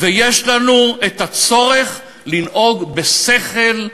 ויש לנו הצורך לנהוג בשכל,